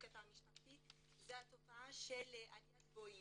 התא המשפחתי שהיא התופעה של עליית "בואינג".